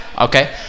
Okay